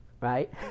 right